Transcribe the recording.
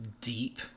deep